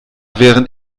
während